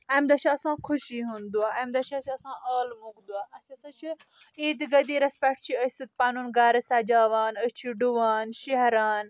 امہِ دۄہ چھُ آسان خوشی ہُنٛد دۄہ امہِ دۄہ چھُ اسہِ آسان عالمُک دۄہ اسہِ ہسا چھِ عیدِ غٔدیٖرس پٮ۪ٹھ چھِ أسۍ پنُن گرٕ سجاوان أسۍ چھِ ڈُوان شیران